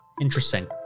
Interesting